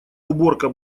уборка